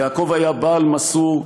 יעקב היה בעל מסור,